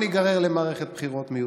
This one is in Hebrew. כדי שלא ניגרר למערכת בחירות מיותרת.